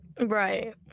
right